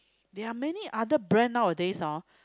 there are many other brand nowadays hor